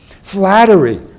Flattery